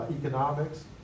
economics